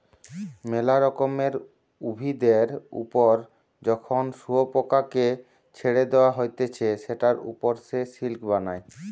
মেলা রকমের উভিদের ওপর যখন শুয়োপোকাকে ছেড়ে দেওয়া হতিছে সেটার ওপর সে সিল্ক বানায়